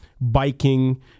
biking